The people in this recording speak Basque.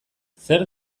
zer